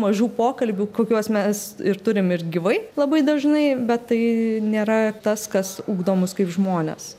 mažų pokalbių kokiuos mes ir turim ir gyvai labai dažnai bet tai nėra tas kas ugdo mus kaip žmones